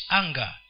anger